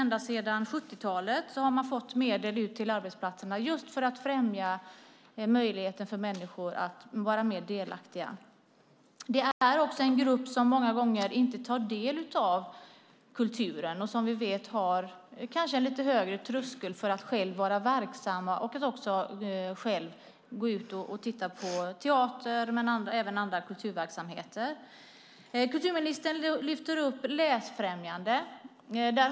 Ända sedan 1970-talet har medel gått till arbetsplatserna just för att främja människors möjlighet att vara mer delaktiga. Det handlar om en grupp människor som många gånger inte tar del av kulturen och som vi vet kanske har en lite högre tröskel för att själva vara verksamma och gå på teater eller besöka andra kulturverksamheter. Kulturministern lyfter fram läsfrämjandet.